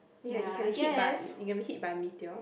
ya you can be hit by you can be hit by meteor